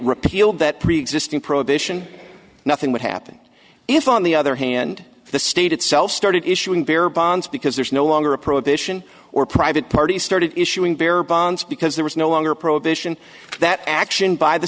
repealed that preexisting prohibition nothing would happen if on the other hand the state itself started issuing barry bonds because there's no longer a prohibition or private party started issuing bearer bonds because there was no longer a prohibition that action by the